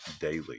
daily